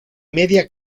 media